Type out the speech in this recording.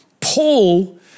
Paul